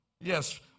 Yes